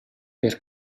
per